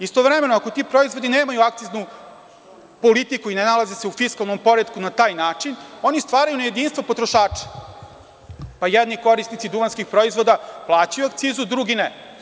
Istovremeno, ako ti proizvodi nemaju akciznu politiku i ne nalaze se u fiskalnom poretku na taj način, oni stvaraju ne jedinstvo potrošača, pa jedni korisnici duvanskih proizvoda plaćaju akcizu, a drugi ne.